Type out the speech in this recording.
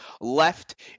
left